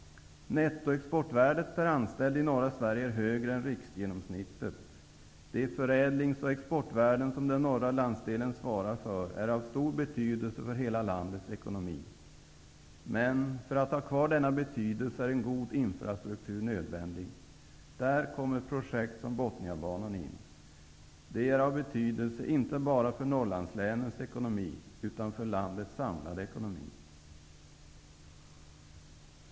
Nettoexportvärdet per anställd i norra Sverige är högre än riksgenomsnittet. De förädlings och exportvärden som den norra landsdelen svarar för är av stor betydelse för hela landets ekonomi. Men för att ha kvar denna betydelse är en god infrastruktur nödvändig. Där kommer projektet Botniabanan in. Det är av betydelse inte bara för Norrlandslänens ekonomi utan för landets samlade ekonomi.